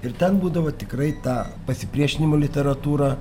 ir ten būdavo tikrai ta pasipriešinimo literatūra